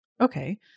Okay